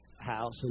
house